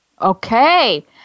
Okay